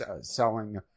selling